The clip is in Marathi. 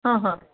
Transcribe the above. हां हां